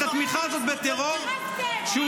את התמיכה הזאת בטרור ------- כשהוא